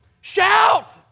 Shout